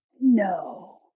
No